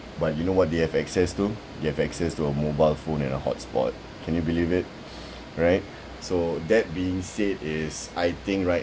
but you know what they have access to they have access to a mobile phone and a hot spot can you believe it right so that being said is I think right